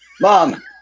Mom